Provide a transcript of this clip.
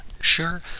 sure